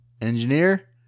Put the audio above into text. Engineer